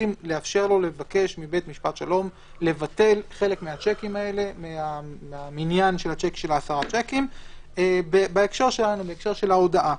לבקש מבית משפט שלום לבטל חלק ממניין עשרות השיקים בהקשר של ההודעה.